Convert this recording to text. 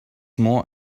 more